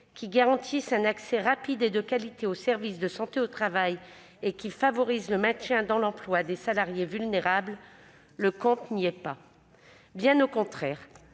qui garantisse un accès rapide et de qualité aux services de santé au travail et qui favorise le maintien dans l'emploi des salariés vulnérables, le compte n'y est pas. Bien au contraire,